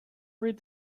read